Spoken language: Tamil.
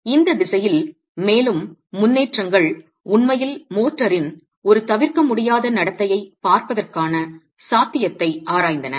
எனவே இந்த திசையில் மேலும் முன்னேற்றங்கள் உண்மையில் மோர்டாரின் ஒரு தவிர்க்கமுடியாத நடத்தையைப் பார்ப்பதற்கான சாத்தியத்தை ஆராய்ந்தன